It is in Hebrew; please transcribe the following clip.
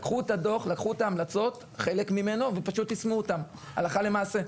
לקחו את הדוח לקחו את ההמלצות ופשוט יישמו אותן הלכה למעשה.